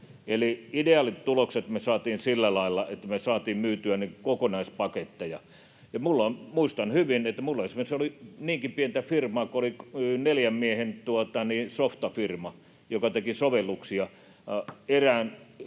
Eli ideaalit tulokset me saatiin sillä lailla, että me saatiin myytyä kokonaispaketteja, ja minulla oli, muistan hyvin, että minulla esimerkiksi oli niinkin pientä firmaa kuin neljän miehen softafirma, joka teki sovelluksia erään